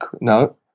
no